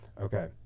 Okay